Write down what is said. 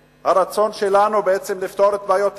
הרצון שלנו הוא בעצם לפתור את בעיות התכנון,